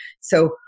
So-